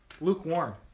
lukewarm